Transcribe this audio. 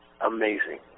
amazing